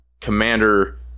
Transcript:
commander